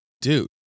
dude